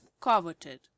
coveted